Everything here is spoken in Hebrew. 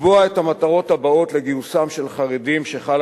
לקבוע את המטרות הבאות לגיוסם של חרדים שחל